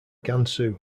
gansu